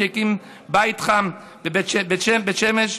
שהקים בית חם בבית שמש,